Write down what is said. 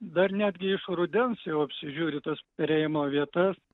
dar netgi iš rudens jau apsižiūri tas perėjimo vietas